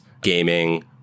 gaming